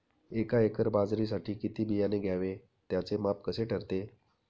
एका एकर बाजरीसाठी किती बियाणे घ्यावे? त्याचे माप कसे ठरते?